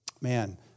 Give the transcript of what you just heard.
man